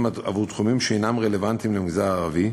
לתחומים שאינם רלוונטיים למגזר הערבי,